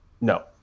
no